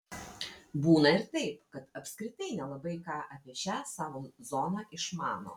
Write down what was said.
būna ir taip kad apskritai nelabai ką apie šią savo zoną išmano